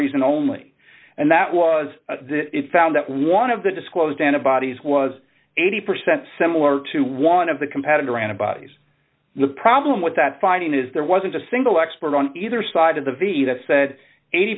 reason only and that was it found that one of the disclosed antibodies was eighty percent similar to one of the competitor antibodies the problem with that finding is there wasn't a single expert on either side of the v that said eighty